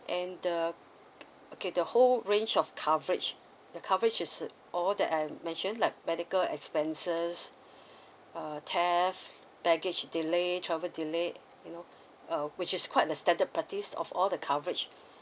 and the okay the whole range of coverage the cover is uh all that I've mentioned like medical expenses uh theft baggage delay travel delay you know uh which is quite a standard practice of all the coverage